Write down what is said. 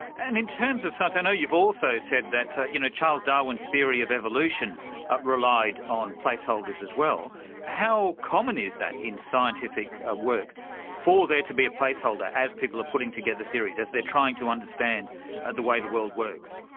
and in terms of so i know you've also said that you know charles darwin's theory of evolution relied on placeholders as well how common is that in scientific ah work for there to be a placeholder as people are putting together theories, as they're trying to understand ah the way the world works?